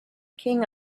king